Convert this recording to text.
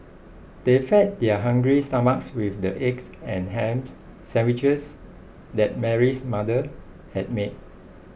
they fed their hungry stomachs with the eggs and hams sandwiches that Mary's mother had made